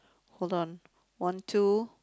hold on one two